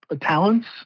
talents